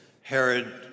Herod